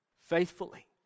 faithfully